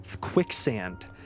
quicksand